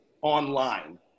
online